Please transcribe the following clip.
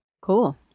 cool